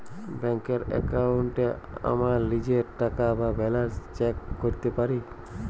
ব্যাংকের এক্কাউন্টে আমরা লীজের টাকা বা ব্যালান্স চ্যাক ক্যরতে পারি